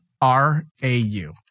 R-A-U